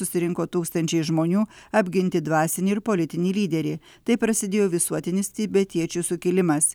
susirinko tūkstančiai žmonių apginti dvasinį ir politinį lyderį taip prasidėjo visuotinis tibetiečių sukilimas